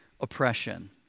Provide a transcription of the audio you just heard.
oppression